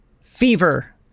fever